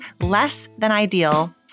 less-than-ideal